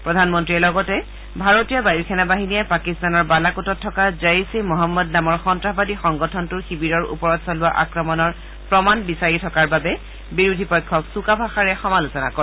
প্ৰধানমন্ত্ৰীয়ে লগতে ভাৰতীয় বায়ু সেনা বাহিনীয়ে পাকিস্তানৰ বালাকোটত থকা জইচ ঈ মহম্মদ নামৰ সন্তাসবাদী সংগঠনটোৰ শিৱিৰৰ ওপৰত চলোৱা আক্ৰমণৰ প্ৰমাণ বিচাৰি থকাৰ বাবে বিৰোধী পক্ষক চোকা ভাষাৰে সমালোচনা কৰে